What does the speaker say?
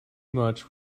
much